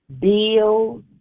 bill